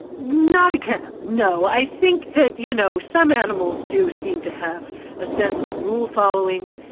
not a cat, no. i think that you know, some animals do seem to have a sense of rule-following,